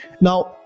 Now